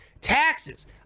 Taxes